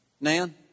Nan